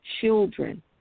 children